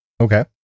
Okay